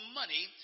money